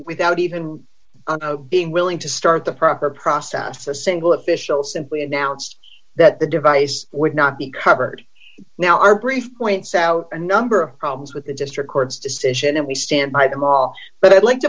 without even being willing to start the proper process a single official simply announced that the device would not be covered now our brief points out a number of problems with the district court's decision and we stand by them all but i'd like to